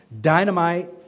Dynamite